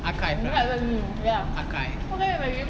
archive ah archive